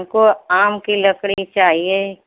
हमको आम की लकड़ी चाहिए